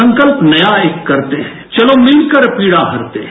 संकल्प नया एक करते है चलो मिलकर पीडा हरते हैं